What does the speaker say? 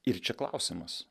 ir čia klausimas